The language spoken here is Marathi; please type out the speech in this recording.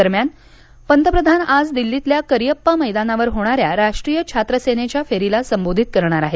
दरम्यान पंतप्रधान आज दिल्लीतल्या करिअप्पा मैदानावर होणाऱ्या राष्ट्रीय छात्र सेनेच्या फेरीला संबोधित करणार आहेत